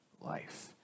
life